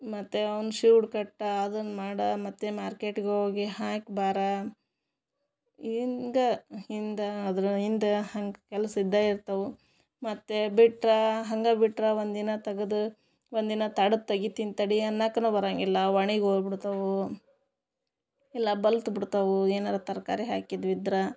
ಮತ್ತು ಅವ್ನ ಶಿವ್ಡು ಕಟ್ಟು ಅದನ್ನು ಮಾಡು ಮತ್ತು ಮಾರ್ಕೆಟ್ಗೆ ಹೋಗಿ ಹಾಕಿ ಬಾರೋ ಹಿಂಗ ಹಿಂದೆ ಅದ್ರ ಹಿಂದ ಹಂಗೆ ಕೆಲ್ಸ ಇದ್ದೇ ಇರ್ತವೆ ಮತ್ತು ಬಿಟ್ರೆ ಹಂಗೆ ಬಿಟ್ರೆ ಒಂದಿನ ತಗದು ಒಂದಿನ ತಡ್ದು ತಗಿತೀನಿ ತಡಿ ಅನ್ನೋಕ್ನು ಬರಾಂಗಿಲ್ಲ ಒಣಗ್ ಹೋಗ್ ಬಿಡ್ತವೆ ಇಲ್ಲ ಬಲ್ತು ಬಿಡ್ತವೆ ಏನಾರೂ ತರಕಾರಿ ಹಾಕಿದ್ವಿದಿದ್ರೆ